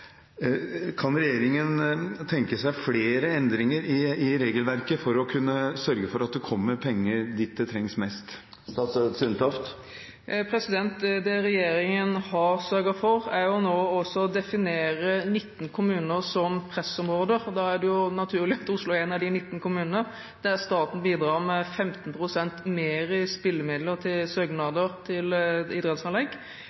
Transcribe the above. Kan regjeringen tenke seg flere endringer i regelverket for å kunne sørge for at det kommer penger dit det trengs mest? Det regjeringen har sørget for, er jo nå også å definere 19 kommuner som pressområder, og da er det naturlig at Oslo er en av de 19 kommunene, der staten bidrar med 15 pst. mer i spillemidler til søknader til idrettsanlegg,